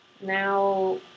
Now